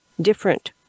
different